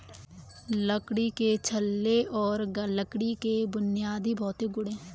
लकड़ी के छल्ले और गांठ लकड़ी के बुनियादी भौतिक गुण हैं